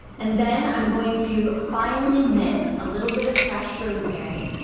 and then i'm going to finally mince a little bit of fresh rosemary,